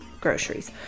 groceries